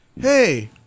hey